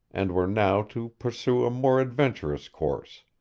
and were now to pursue a more adventurous course.